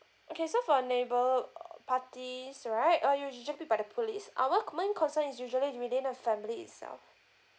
okay so for neighbour ugh parties right uh usual~ be by the police our common concern is usually th~ within the family itself